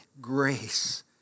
grace